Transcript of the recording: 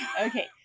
Okay